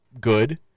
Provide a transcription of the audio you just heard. good